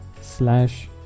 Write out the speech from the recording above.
slash